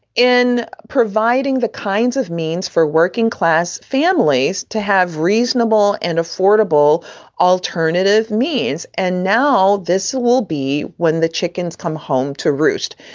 in providing the kinds of means for working class families to have reasonable and affordable alternative means. and now this will be when the chickens come home to roost.